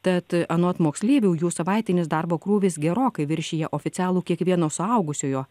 tad anot moksleivių jų savaitinis darbo krūvis gerokai viršija oficialų kiekvieno suaugusiojo